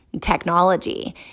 technology